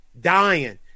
dying